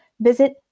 visit